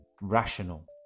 Rational